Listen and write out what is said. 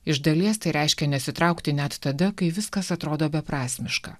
iš dalies tai reiškia nesitraukti net tada kai viskas atrodo beprasmiška